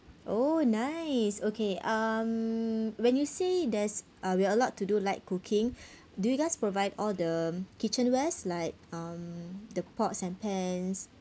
oh nice okay um when you say there's uh we're allowed to do light cooking do you guys provide all the kitchenwares like um the pots and pans